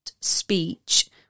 speech